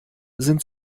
sind